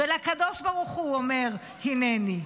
ולקדוש ברוך הוא אומר "הינני".